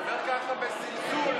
מר ליברמן, הפטריוט הגדול,